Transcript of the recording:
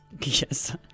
Yes